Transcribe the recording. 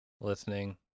listening